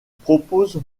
propose